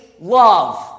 love